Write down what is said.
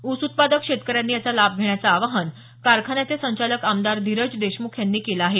ऊस उत्पादक शेतकऱ्यांनी याचा लाभ घेण्याचं आवाहन कारखान्याचे संचालक आमदार धीरज देशमुख यांनी केलं आहे